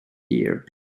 year